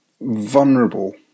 vulnerable